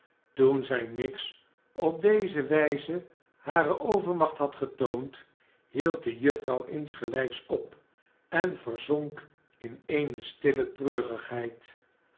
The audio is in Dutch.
toen zij miggs op deze wijze hare overmacht had getoond hield de juffrouw insgelijks op en verzonk in eene stille treurigheid